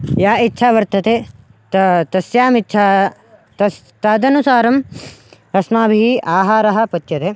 या इच्छा वर्तते त तस्यामिच्छां तस् तदनुसारम् अस्माभिः आहारः पच्यते